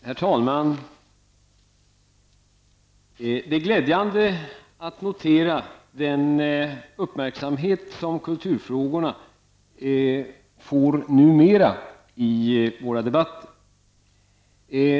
Herr talman! Det är glädjande att notera den uppmärksamhet som kulturfrågorna numera får i våra debatter.